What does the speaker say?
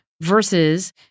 versus